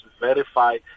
verify